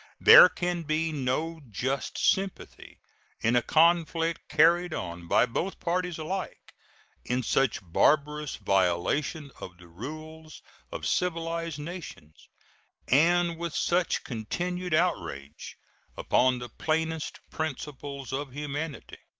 there can be no just sympathy in a conflict carried on by both parties alike in such barbarous violation of the rules of civilized nations and with such continued outrage upon the plainest principles of humanity.